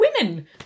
women